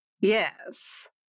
yes